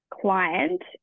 client